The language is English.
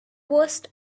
worst